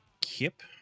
Kip